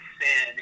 sin